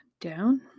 down